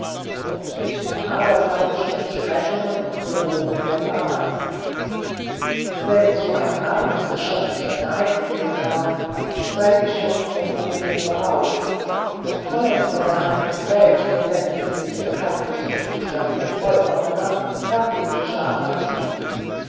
und mit den abergläubischen versprechungen und drohungen der brahmanen wenn so ein armes geschöpf seine einwilligung gab sei sie schon von opium berauscht und vollends bei der handlung selbst befände sie sich bekanntlich im zustande vollkommener narkotischer apathie